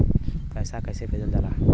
पैसा कैसे भेजल जाला?